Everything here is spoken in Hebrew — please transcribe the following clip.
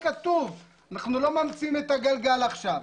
אנחנו לא ממציאים את הגלגל עכשיו.